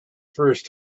first